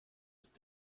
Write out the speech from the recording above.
ist